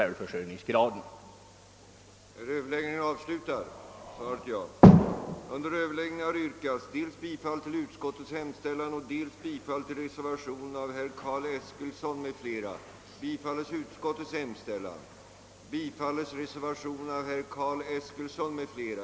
och effektiva familjejordbruk Åtgärder för att åstadkomma bärkraftiga och effektiva familjejordbruk åtgärder för att åstadkomma bärkraftiga och effektiva familjejordbruk.